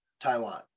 Taiwan